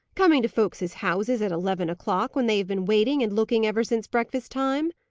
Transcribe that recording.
coming to folks's houses at eleven o'clock, when they have been waiting and looking ever since breakfast-time!